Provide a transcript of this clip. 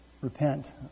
repent